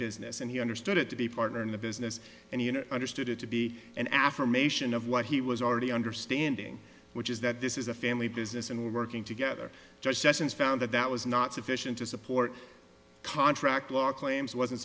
business and he understood it to be a partner in the business and he understood it to be an affirmation of what he was already understanding which is that this is a family business and working together found that that was not sufficient to support contract law claims wasn't